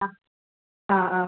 ആ ആ ആ